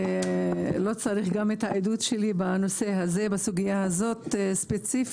לא צריך גם את העדות שלי בנושא הזה בסוגיה הזאת ספציפית,